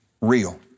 real